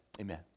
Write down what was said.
Amen